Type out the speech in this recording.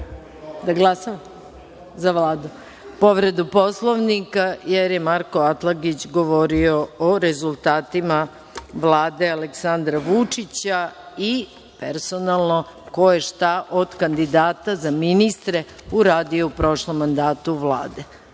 Nisam zaista povredila Poslovnik, jer je Marko Atlagić govorio o rezultatima Vlade Aleksandra Vučića i personalno ko je šta od kandidata za ministre uradio u prošlom mandatu Vlade.